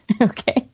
Okay